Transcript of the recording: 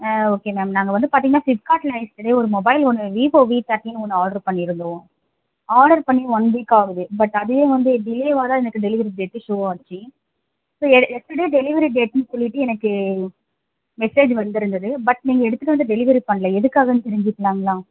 ஆ okay ma'am நாங்கள் வந்து பார்த்தீங்கன்னா ஃப்ளிப்கார்ட்டில் எஸ்டர்டே ஒரு மொபைல் ஒன்று விவோ வி தேர்ட்டீன் ஒன்று ஆட்ரு பண்ணி இருந்தோம் ஆடர் பண்ணி ஒன் வீக் ஆகுது பட் அதுவே வந்து டிலேவாக தான் எனக்கு டெலிவரி டேட்டே ஷோ ஆச்சு செ எஸ்டர்டே டெலிவரி டேட்னு சொல்லிட்டு எனக்கு மெசேஜ் வந்திருந்துது பட் நீங்கள் எடுத்துகிட்டு வந்து டெலிவரி பண்ணல எதுக்காகன்னு தெரிஞ்சுக்கலாங்களா